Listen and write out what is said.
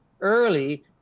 early